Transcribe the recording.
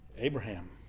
Abraham